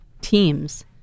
teams